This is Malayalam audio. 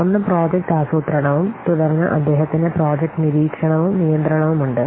ഒന്ന് പ്രോജക്റ്റ് ആസൂത്രണവും തുടർന്ന് അദ്ദേഹത്തിന് പ്രോജക്റ്റ് നിരീക്ഷണവും നിയന്ത്രണവും ഉണ്ട്